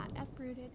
uprooted